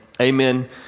amen